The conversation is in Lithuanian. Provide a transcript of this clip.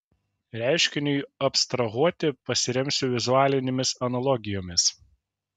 reiškiniui abstrahuoti pasiremsiu vizualinėmis analogijomis